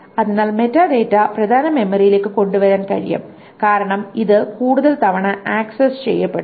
അതിനാൽ മെറ്റാഡാറ്റ പ്രധാന മെമ്മറിയിലേക്ക് കൊണ്ടുവരാൻ കഴിയും കാരണം ഇത് കൂടുതൽ തവണ ആക്സസ് ചെയ്യപ്പെടുന്നു